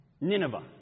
Nineveh